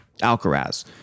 Alcaraz